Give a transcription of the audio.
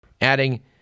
adding